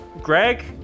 Greg